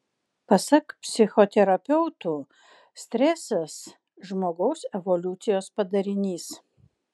pasak psichoterapeutų stresas žmogaus evoliucijos padarinys